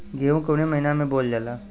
गेहूँ कवने महीना में बोवल जाला?